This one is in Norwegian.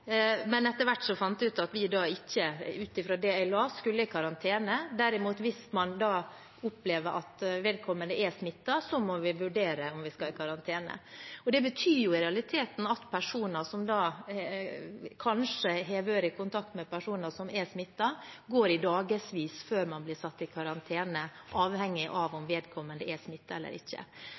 men etter hvert fant vi ut at vi da ikke, ut fra det jeg leste, skulle i karantene. Derimot hvis man opplever at vedkommende er smittet, må vi vurdere om vi skal i karantene. Det betyr i realiteten at personer som har vært i kontakt med noen som er smittet, går i dagevis før man blir satt i karantene, avhengig av om vedkommende er smittet eller ikke.